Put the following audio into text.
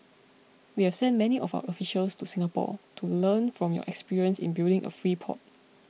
we have sent many of our officials to Singapore to learn from your experience in building a free port